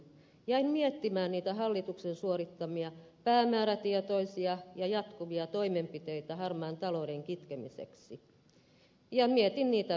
jäin miettimään niitä hallituksen suorittamia päämäärätietoisia ja jatkuvia toimenpiteitä harmaan talouden kitkemiseksi ja mietin niitä vieläkin